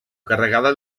carregada